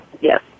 Yes